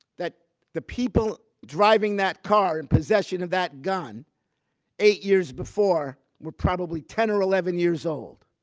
that the people driving that car, in possession of that gun eight years before, were probably ten or eleven years old.